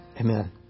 Amen